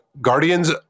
Guardians